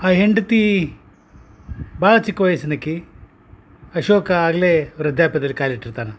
ಆ ಹೆಂಡತಿ ಭಾಳ ಚಿಕ್ಕ ವಯ್ಸಿನಕಿ ಅಶೋಕ ಆಗಲೇ ವೃದ್ಧಾಪ್ಯದಲ್ಲಿ ಕಾಲಿಟ್ಟಿರ್ತಾನ